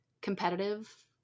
competitive